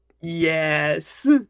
Yes